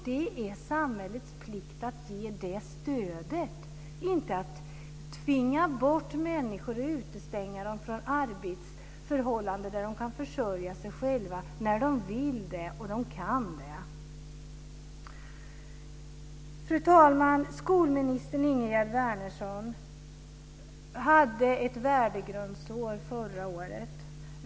Det är samhällets plikt att ge det stödet, inte att tvinga bort människor och utestänga dem från arbetsförhållanden där de kan försörja sig själva när de vill och kan det. Fru talman! Skolminister Ingegerd Wärnersson hade förra året som värdegrundsår.